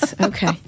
Okay